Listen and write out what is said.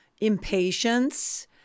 impatience